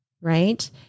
right